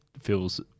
feels